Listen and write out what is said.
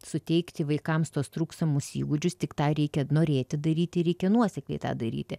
suteikti vaikams tuos trūkstamus įgūdžius tik tą reikia norėti daryti reikia nuosekliai tą daryti